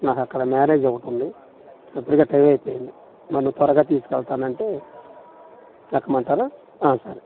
నాకు అక్కడు మ్యారేజ్ ఒకటి ఉంది ఇప్పటికి టైమ్ అయిపోయింది మరి నువ్వు త్వరగా తీసుకెళ్తానంటే ఎక్కమంటారా ఆ సరే